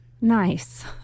Nice